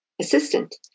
assistant